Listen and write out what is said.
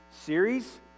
series